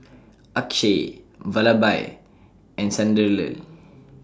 Akshay Vallabhbhai and Sunderlal